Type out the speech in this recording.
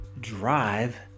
drive